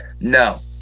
No